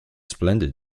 splendid